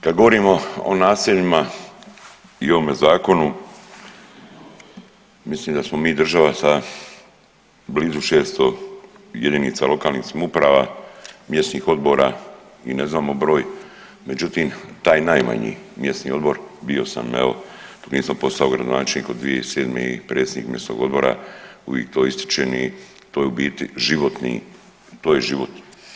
Kad govorimo o naseljima i ovome zakonu mislim da smo mi država sa blizu 600 jedinica lokalnih samouprava, mjesnih odbora ni ne znamo broj, međutim taj najmanji mjesni odbor bio sam evo … postao gradonačelnik od 2007. i predsjednik mjesnog odbora uvijek to ističem i to je u biti to je život.